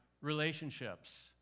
relationships